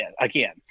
again